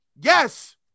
Yes